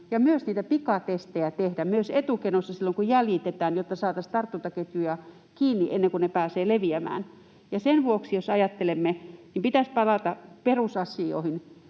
ja myös niitä pikatestejä tehdä etukenossa silloin, kun jäljitetään, jotta saataisiin tartuntaketjuja kiinni ennen kuin ne pääsevät leviämään. Ja sen vuoksi ajattelemme, että pitäisi palata perusasioihin,